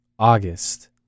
August